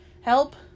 help